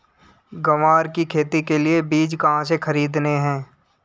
ग्वार की खेती के लिए बीज कहाँ से खरीदने हैं?